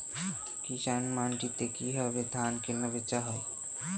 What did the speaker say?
কৃষান মান্ডিতে কি ভাবে ধান কেনাবেচা হয়?